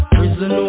Prison